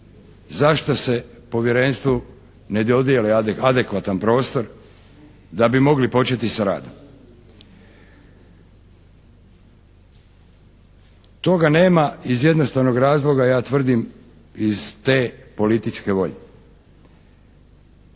Zašto se Povjerenstvu ne dodijeli adekvatan prostor da bi mogli početi sa radom? Toga nema iz jednostavnog razloga. Ja tvrdim iz te političke volje.